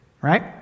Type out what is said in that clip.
Right